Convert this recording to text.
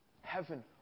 Heaven